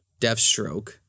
deathstroke